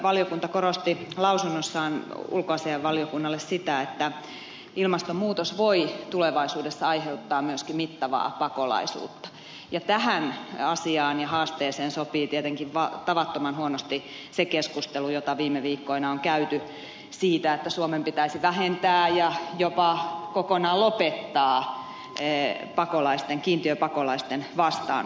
ympäristövaliokunta korosti lausunnossaan ulkoasiainvaliokunnalle sitä että ilmastonmuutos voi tulevaisuudessa aiheuttaa myöskin mittavaa pakolaisuutta ja tähän asiaan ja haasteeseen sopii tietenkin tavattoman huonosti se keskustelu jota viime viikkoina on käyty siitä että suomen pitäisi vähentää ja jopa kokonaan lopettaa kiintiöpakolaisten vastaanottaminen